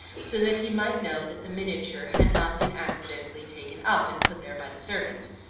so that he might know that the miniature had not been accidentally taken up and put there by the servant.